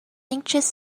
anxious